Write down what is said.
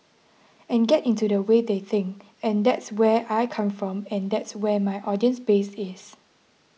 and get into the way they think and that's where I come from and that's where my audience base is